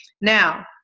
Now